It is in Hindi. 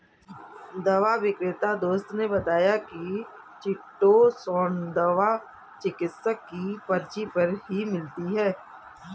दवा विक्रेता दोस्त ने बताया की चीटोसोंन दवा चिकित्सक की पर्ची पर ही मिलती है